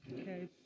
Okay